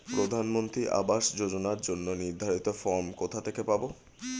প্রধানমন্ত্রী আবাস যোজনার জন্য নির্ধারিত ফরম কোথা থেকে পাব?